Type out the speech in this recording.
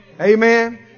Amen